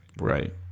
Right